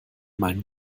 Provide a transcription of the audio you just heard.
meinen